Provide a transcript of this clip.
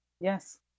Yes